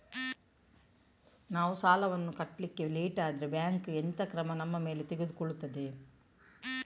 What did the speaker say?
ನಾವು ಸಾಲ ವನ್ನು ಕಟ್ಲಿಕ್ಕೆ ಲೇಟ್ ಆದ್ರೆ ಬ್ಯಾಂಕ್ ಎಂತ ಕ್ರಮ ನಮ್ಮ ಮೇಲೆ ತೆಗೊಳ್ತಾದೆ?